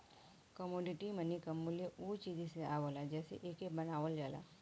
commodity money क मूल्य उ चीज से आवला जेसे एके बनावल जाला